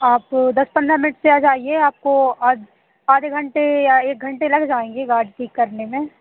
आप दस पंद्रह मिनट से आ जाइए आपको आध आधे घंटे या एक घंटे लग जाएँगे गाड़ी ठीक करने में